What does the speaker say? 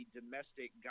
domestic